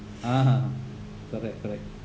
ah correct correct